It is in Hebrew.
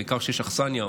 העיקר שיש אכסניה,